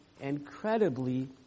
incredibly